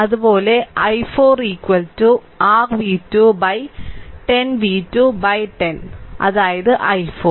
അതുപോലെ i4 r v2 10 v2 10 അതായത് i4